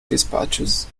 dispatches